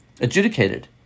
adjudicated